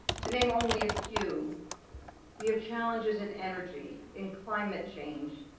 to name only a few we have challenges in energy, in climate change,